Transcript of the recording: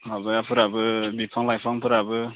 माबाफोराबो बिफां लाइफांफोराबो